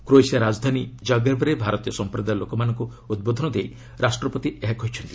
Croatia ରାଜଧାନୀ ଜଗ୍ରେବ୍ରେ ଭାରତୀୟ ସଂପ୍ରଦାୟ ଲୋକମାନଙ୍କୁ ଉଦ୍ବୋଧନ ଦେଇ ରାଷ୍ଟ୍ରପତି ଏହା କହିଛନ୍ତି